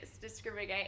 discriminate